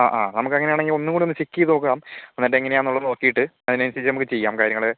അ ആ നമ്മക്കങ്ങനെയാണെങ്കിൽ ഒന്നുകൂടെയൊന്ന് ചെക്ക് ചെയ്ത് നോക്കാം എന്നിട്ടെങ്ങനെയാന്നുള്ളത് നോക്കിയിട്ട് ആതിനനുസരിച്ച് നമുക്ക് ചെയ്യാം കാര്യങ്ങള്